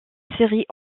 série